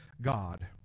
God